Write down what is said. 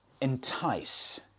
entice